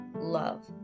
love